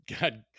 god